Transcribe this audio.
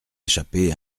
échapper